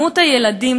מספר הילדים,